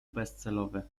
bezcelowy